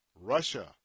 Russia